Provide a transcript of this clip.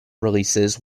releases